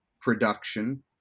production